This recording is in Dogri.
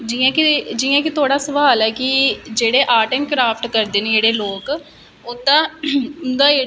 जियां कि तुसे ऐ प्रश्न पुच्छे दा ऐ कि एस एन आर्टिस्ट तुसें केह् केह् चैलेंजस केह् केह् डिफीकलटीस आंदी ऐ तुस केह् केह् मुश्क्लां फेस करने ओ